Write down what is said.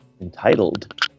entitled